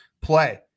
play